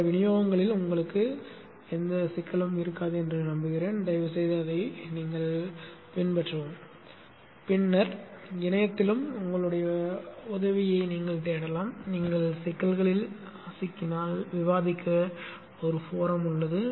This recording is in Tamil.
மற்ற விநியோகங்களில் உங்களுக்கு சிக்கல் இருக்காது என்று நம்புகிறேன் தயவுசெய்து அதைப் பின்பற்றவும் பின்னர் இணையத்திலும் உதவியைப் பாருங்கள் நீங்கள் சிக்கல்களில் சிக்கினால் விவாதிக்க ஒரு மன்றம் உள்ளது